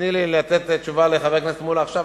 תני לי לתת תשובה לחבר הכנסת מולה עכשיו,